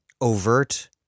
overt